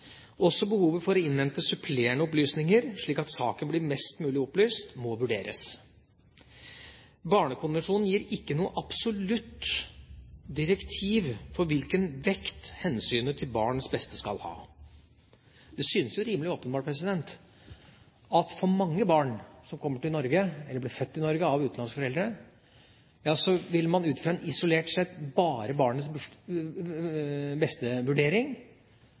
blir best mulig opplyst, må vurderes. Barnekonvensjonen gir ikke noe absolutt direktiv for hvilken vekt hensynet til barnets beste skal ha. Det synes jo rimelig åpenbart at for mange barn som kommer til Norge, eller blir født i Norge av utenlandske foreldre, vil man ut fra en isolert sett bare barnets-beste-vurdering nok raskt komme til at det beste